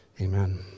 Amen